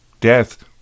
Death